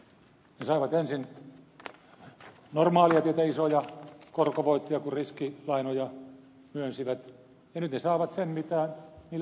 ne saivat ensin normaalia tietä isoja korkovoittoja kun riskilainoja myönsivät ja nyt ne saavat sen mikä niille kuuluu